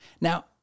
Now